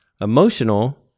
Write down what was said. emotional